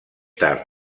tard